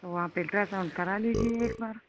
तो आप एल्ट्रासाउंड करा लीजिए एक बार